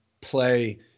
play